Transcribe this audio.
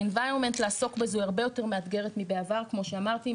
ה-Invironment לעסוק בזה היא הרבה יותר מאתגרת מבעבר כמו שאמרתי,